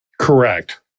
Correct